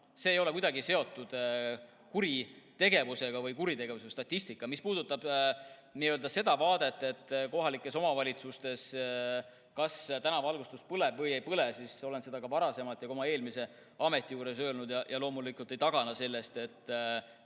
See ei ole kuidagi seotud kuritegevusega või kuritegevuse statistikaga. Mis puudutab seda vaadet, et kohalikes omavalitsustes tänavavalgustus kas põleb või ei põle, siis olen seda ka varasemalt, ka oma eelmises ametis olles öelnud ja loomulikult ei tagane sellest, et